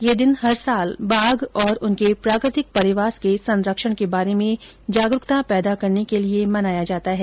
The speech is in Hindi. यह दिन हर साल बाघ और उनके प्राकृतिक परिवास के सरंक्षण के बारे में जागरूकता पैदा करने के लिए मनाया जाता है